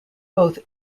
both